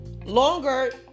longer